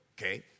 okay